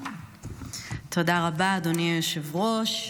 תודה רבה, אדוני היושב-ראש.